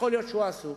יכול להיות שהוא עסוק.